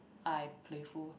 I playful